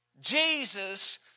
Jesus